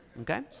Okay